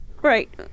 Right